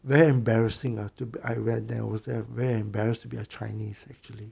very embarrassing lah to be I went there was very embarrassed to be a chinese actually